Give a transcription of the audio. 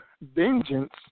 vengeance